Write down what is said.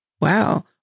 Wow